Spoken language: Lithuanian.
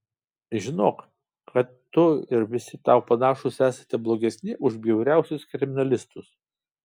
žinok kad tu ir visi tau panašūs esate blogesni už bjauriausius kriminalistus